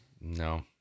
No